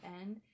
end